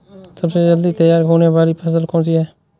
सबसे जल्दी तैयार होने वाली फसल कौन सी है?